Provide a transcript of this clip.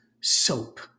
soap